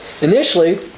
Initially